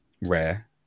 Rare